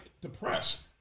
depressed